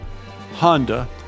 Honda